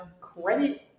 credit